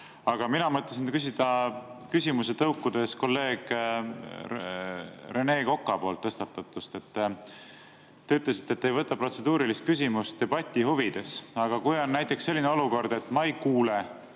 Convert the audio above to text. Aga mina mõtlesin küsida küsimuse, tõukudes kolleeg Rene Koka tõstatatust. Te ütlesite, et te ei võta protseduurilist küsimust debati huvides. Aga kui on näiteks selline olukord, et ma ei kuule,